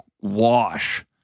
wash